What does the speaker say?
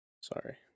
Sorry